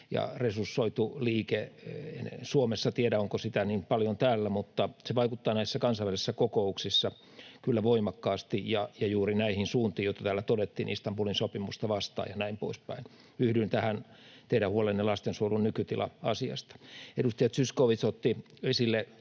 ja resursoitu liike. En tiedä, onko sitä niin paljon täällä Suomessa, mutta se vaikuttaa näissä kansainvälisissä kokouksissa kyllä voimakkaasti ja juuri näihin suuntiin, joita täällä todettiin, Istanbulin sopimusta vastaan ja näin poispäin. Yhdyn tähän teidän huoleenne lastensuojelun nykytila ‑asiasta. Edustaja Zyskowicz otti esille,